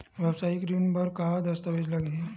वेवसायिक ऋण बर का का दस्तावेज लगही?